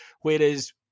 Whereas